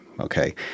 Okay